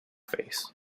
face